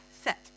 set